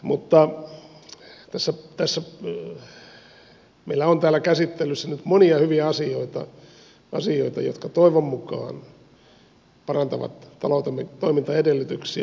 mutta meillä on täällä käsittelyssä nyt monia hyviä asioita jotka toivon mukaan parantavat taloutemme toimintaedellytyksiä